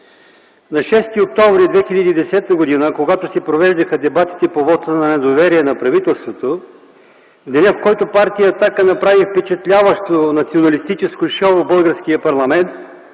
На 6 октомври 2010 г., когато се провеждаха дебатите по вота на недоверие на правителството – денят, в който Партия „Атака” направи впечатляващо националистическо шоу в българския парламент,